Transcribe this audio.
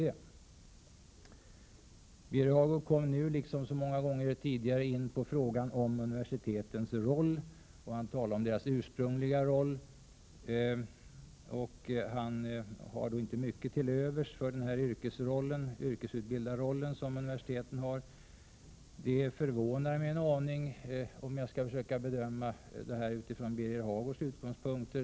Birger Hagård kom nu liksom så många gånger tidigare in på frågan om universitetens roll. Han talade om deras ursprungliga roll. Han har inte mycket till övers för den yrkesutbildarroll som universiteten har. Detta förvånar mig en aning, om jag nu skall försöka mig på att bedöma detta utifrån Birger Hagårds utgångspunkter.